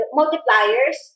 multipliers